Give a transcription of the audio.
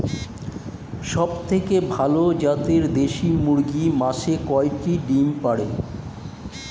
সবথেকে ভালো জাতের দেশি মুরগি মাসে কয়টি ডিম পাড়ে?